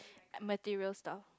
material stuff